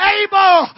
able